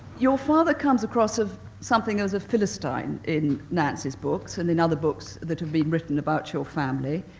your father comes across of something as a philistine in nancy's books and in other books that have been written about your family.